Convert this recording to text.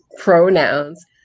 Pronouns